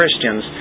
Christians